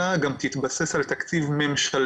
אלא גם יתבסס על תקציב ממשלתי.